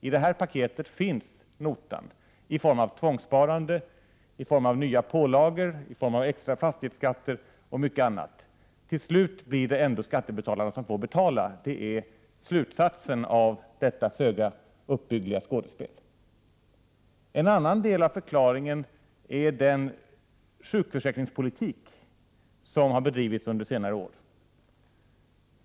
I det här paketet finns notan i form av tvångssparande, nya pålagor, extra fastighetsskatter och mycket annat. Till slut blir det ändå skattebetalarna som får betala, det är slutsatsen av detta föga uppbyggliga skådespel. En annan del av förklaringen är den sjukförsäkringspolitik som har bedrivits under senare år.